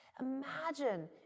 imagine